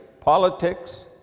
politics